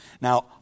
Now